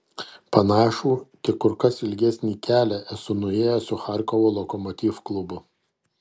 panašų tik kur kas ilgesnį kelią esu nuėjęs su charkovo lokomotiv klubu